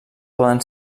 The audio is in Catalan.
poden